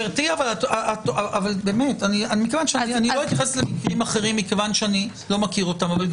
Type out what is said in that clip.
גברתי, לא אתייחס למקרים אחרים כי איני מכיר אותם.